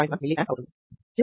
1 mA అవుతుంది